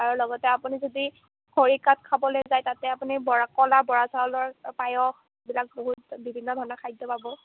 আৰু লগতে আপুনি যদি খৰিকাত খাবলৈ যায় তাতে আপুনি বৰা কলা বৰা চাউলৰ পায়স এইবিলাক বহুত বিভিন্নধৰণৰ খাদ্য পাব